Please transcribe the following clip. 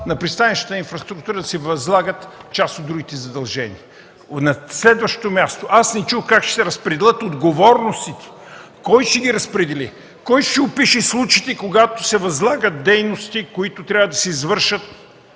на „Пристанищна инфраструктура” да се възлагат част от другите задължения?! На следващо място, аз не чух как ще се разпределят отговорностите – кой ще ги разпредели, кой ще опише случаите, когато се възлагат дейности, които трябва да се извършат